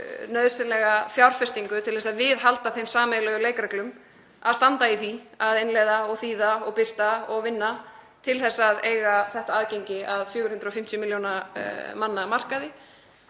nauðsynlega fjárfestingu til að viðhalda þeim sameiginlegu leikreglum, að standa í því að innleiða og þýða og birta og vinna til að eiga þetta aðgengi að 450 milljóna manna markaði,